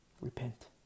Repent